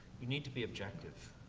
you need to be objective.